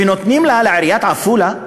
ונותנים לעיריית עפולה?